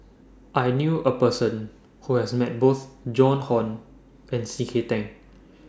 I knew A Person Who has Met Both Joan Hon and C K Tang